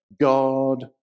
God